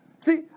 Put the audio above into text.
See